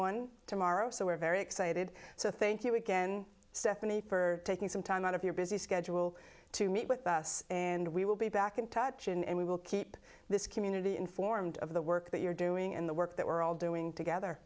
one tomorrow so we're very excited so thank you again stephanie for taking some time out of your busy schedule to meet with us and we will be back in touch and we will keep this community informed of the work that you're doing and the work that we're all doing together